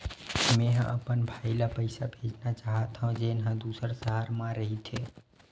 मेंहा अपन भाई ला पइसा भेजना चाहत हव, जेन हा दूसर शहर मा रहिथे